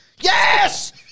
Yes